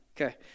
Okay